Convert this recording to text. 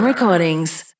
Recordings